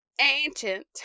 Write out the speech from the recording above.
ancient